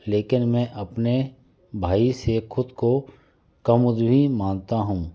लेकिन मैं अपने भाई से खुद को मानता हूँ